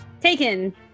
Taken